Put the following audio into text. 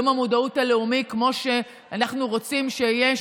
יום המודעות הלאומי כמו שאנחנו רוצים שיהיה,